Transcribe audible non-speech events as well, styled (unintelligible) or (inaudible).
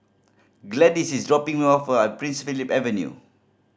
Gladyce is dropping me off (unintelligible) Prince Philip Avenue